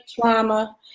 trauma